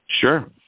Sure